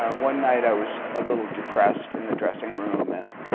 um one night i was a little depressed in the dressing room and